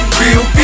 real